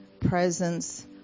presence